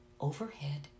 overhead